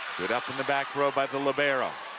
good up in the back row by the libero